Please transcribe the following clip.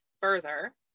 further